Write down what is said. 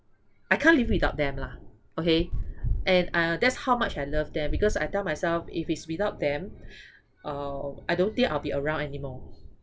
I can't live without them lah okay and uh that's how much I love them because I tell myself if it's without them uh I don't think I'll be around anymore